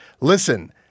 Listen